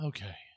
Okay